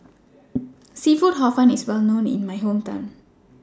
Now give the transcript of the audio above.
Seafood Hor Fun IS Well known in My Hometown